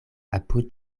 apud